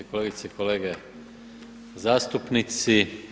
Kolegice i kolege zastupnici.